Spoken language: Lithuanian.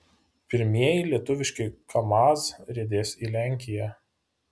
pirmieji lietuviški kamaz riedės į lenkiją